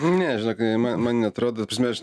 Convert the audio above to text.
ne žinok nei man man neatrodo ta prasme aš